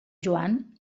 joan